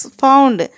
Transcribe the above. found